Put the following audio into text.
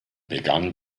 begann